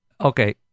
okay